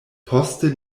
poste